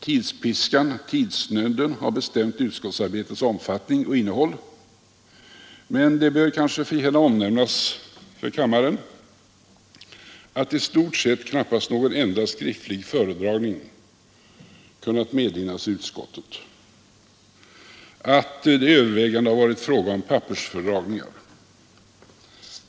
Tidspiskan, tidsnöden har bestämt utskottsarbetets omfattning och innehåll. Men det bör kanske förtjäna omnämnas för kammaren att i stort sett knappast någon enda skriftlig föredragning kunnat medhinnas i utskottet, att det övervägande varit fråga om pappersföredragningar.